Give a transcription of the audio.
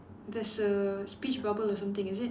there's a speech bubble or something is it